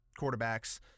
quarterbacks